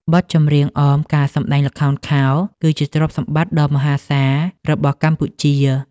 បទចម្រៀងអមការសម្ដែងល្ខោនខោល គឺជាទ្រព្យសម្បត្តិដ៏មហាសាលរបស់កម្ពុជា។